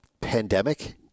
pandemic